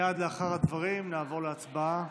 מייד לאחר הדברים נעבור להצבעה,